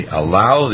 allow